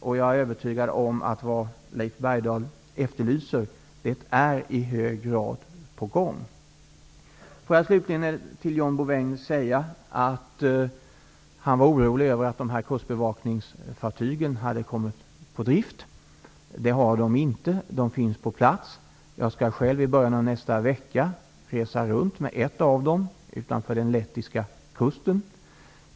Jag är således övertygad om att det som Leif Bergdahl efterlyser i hög grad är på gång. John Bouvin var orolig över att kustbevakningsfartygen hade kommit på drift. Det har de inte. De finns på plats. Jag skall själv i början av nästa vecka resa runt med ett av dem utanför den lettiska kusten.